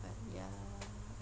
but ya